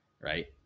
right